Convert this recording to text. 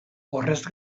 horrez